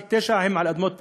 99.9% הם על אדמות פרטיות.